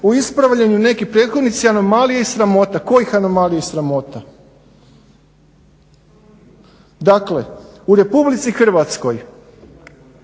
o ispravljanju nekih prethodnica, anomalija i sramota. Kojih anomalija i sramota? Dakle, u Republici Hrvatskoj,